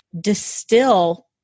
distill